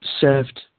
served